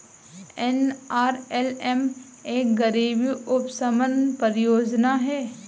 NRLM एक गरीबी उपशमन परियोजना है